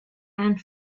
and